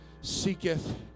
seeketh